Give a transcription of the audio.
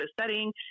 setting